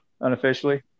unofficially